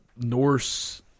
Norse